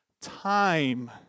time